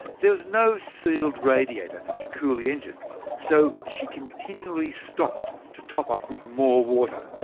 there was no sealed radiator to cool the engine so she continually stopped to top up with more water.